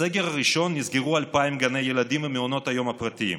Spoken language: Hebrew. בסגר הראשון נסגרו 2,000 גני ילדים ומעונות יום פרטיים.